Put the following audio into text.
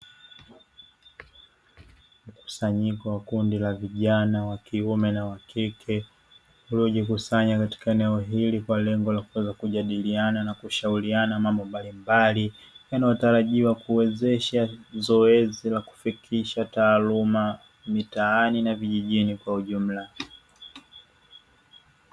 Mkusanyiko wa kundi la vijana wa kiume na wa kike uliojikusanya katika eneo hili kwa lengo la kuweza kujadiliana na kushauriana mambo mbalimbali yanayotarajiwa kuwezesha zoezi la kufikisha taaluma mitaani na vijijini kwa ujumla.